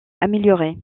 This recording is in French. amélioré